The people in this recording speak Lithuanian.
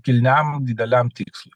kilniam dideliam tikslui